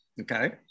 Okay